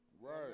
Right